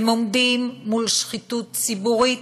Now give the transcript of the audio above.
הם עומדים מול שחיתות ציבורית,